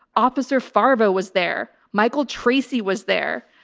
officer fargo was there. michael tracey was there,